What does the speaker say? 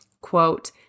Quote